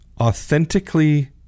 authentically